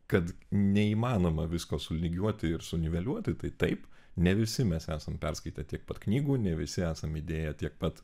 kad neįmanoma visko sulygiuoti ir suniveliuoti tai taip ne visi mes esam perskaitę tiek pat knygų ne visi esam įdėję tiek pat